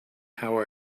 how